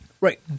right